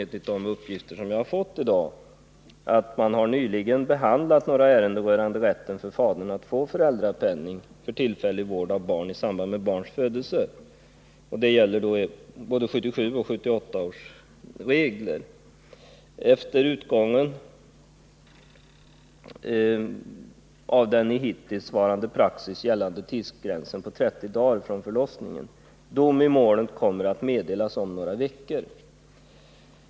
Enligt uppgifter som jag fått i dag har försäkringsöverdomstolen nyligen behandlat några ärenden rörande rätten för fader att få föräldrapenning för tillfällig vård av barn i samband med barns födelse — enligt 1977 och 1978 års regler — efter utgången av den i hittillsvarande praxis gällande tidsgränsen på 30 dagar från förlossningen. Dom i målen kommer att meddelas om några veckor.